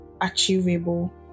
achievable